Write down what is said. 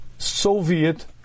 Soviet